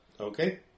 Okay